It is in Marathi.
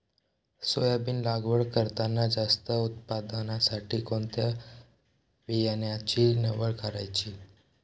सोयाबीन लागवड करताना जास्त उत्पादनासाठी कोणत्या बियाण्याची निवड करायची?